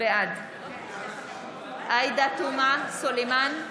בעד עאידה תומא סלימאן,